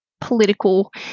political